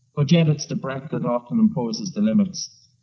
ah yet it's the breath that often imposes the limits.